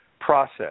process